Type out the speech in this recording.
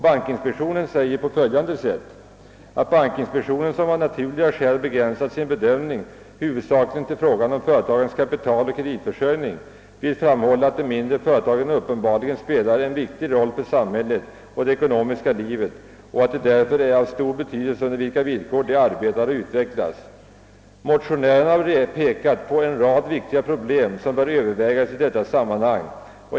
Den säger på följande sätt: »Bankinspektionen som av naturliga skäl har begränsat sin bedömning huvudsakligen till frågan om företagens kapitaloch kreditförsörjning vill framhålla att de mindre företagen uppenbarligen spelar en viktig roll för samhället och det ekonomiska livet och att det därför är av stor betydelse under vilka villkor de arbetar och utvecklas. Motionärerna har pekat på en rad viktiga problem som bör övervägas i detta sammanhang.